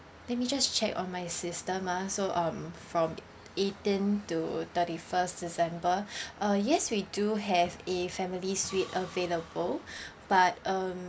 let me just check on my system ah so um from eighteen to thirty first december uh yes we do have a family suite available but um